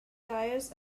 tires